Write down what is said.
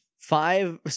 five